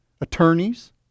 Attorneys